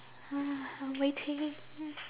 I'm waiting